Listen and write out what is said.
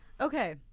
Okay